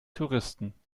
touristen